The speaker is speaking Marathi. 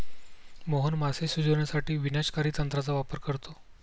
मोहन मासे शिजवण्यासाठी विनाशकारी तंत्राचा वापर करतो